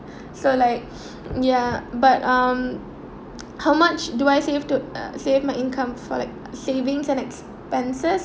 so like ya but um how much do I save to uh save my income for like saving and expenses